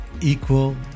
equal